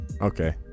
Okay